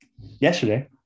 Yesterday